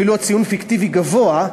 אפילו ציון פיקטיבי גבוה,